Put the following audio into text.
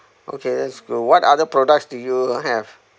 okay that's good what other products do you uh have